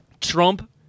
Trump